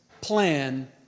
plan